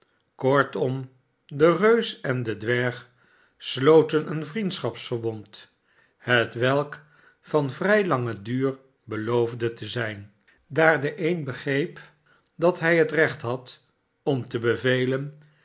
kortom de reus en de dwerg sloten een vriendschapsverbond hetwelk van vrij langen duur beloofde te zijn daar de een begreep dat hij het recht had om te bevelen